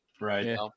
right